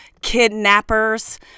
kidnappers